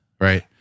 Right